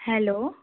hello